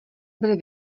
byly